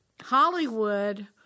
Hollywood